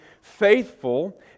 faithful